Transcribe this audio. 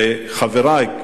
וחברי,